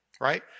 right